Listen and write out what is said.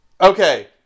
Okay